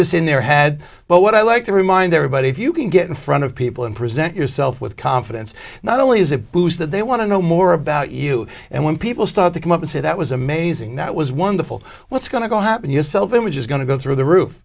this in their head but what i like to remind everybody if you can get in front of people and present yourself with confidence not only is a boost that they want to know more about you and when people start to come up and say that was amazing that was wonderful what's going to happen your self image is going to go through the roof